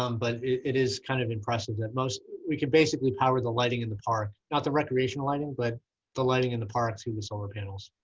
um but it is kind of impressive that most we can basically power the lighting in the park, not the recreation lighting, but the lighting in the parks in the solar panels.